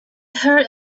heard